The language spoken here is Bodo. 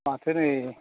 माथो नै